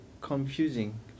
confusing